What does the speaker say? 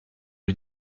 lui